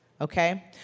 okay